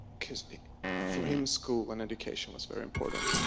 for him school and education is very important.